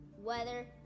weather